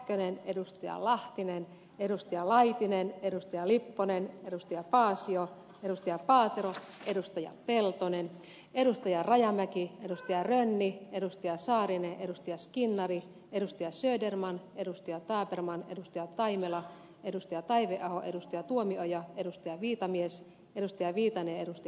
kenen kuusisto kähkönen lahtela laitinen lipponen paasio paatero peltonen rajamäki rönni saarinen skinnari söderman tabermann taimela taiveaho tuomioja viitamies viitanen ja väätäinen